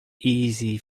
easy